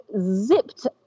zipped